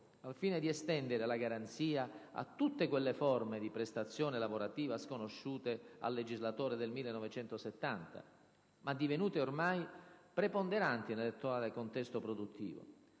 al fine di estendere la garanzia a tutte quelle forme di prestazione lavorativa sconosciute al legislatore del 1970, ma divenute ormai preponderanti nell'attuale contesto produttivo,